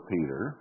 Peter